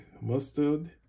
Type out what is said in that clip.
Mustard